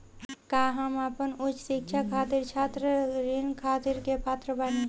का हम अपन उच्च शिक्षा खातिर छात्र ऋण खातिर के पात्र बानी?